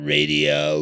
Radio